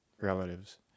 relatives